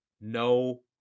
no